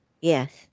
yes